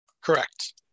Correct